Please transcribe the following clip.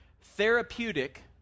Therapeutic